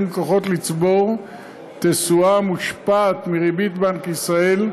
ללקוחות לצבור תשואה המושפעת מריבית בנק ישראל,